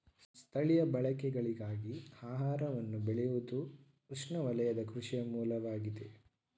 ಸ್ಥಳೀಯ ಬಳಕೆಗಳಿಗಾಗಿ ಆಹಾರವನ್ನು ಬೆಳೆಯುವುದುಉಷ್ಣವಲಯದ ಕೃಷಿಯ ಮೂಲವಾಗಿದೆ